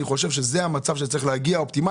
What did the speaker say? אני חושב שזה המצב האופטימלי אליו צריך להגיע.